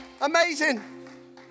Amazing